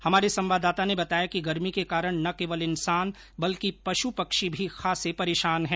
हमारे संवाददाता ने बताया है कि गर्मी के कारण न केवल इंसान बल्कि पशु पक्षी भी खासे परेशान हैं